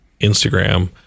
Instagram